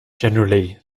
generally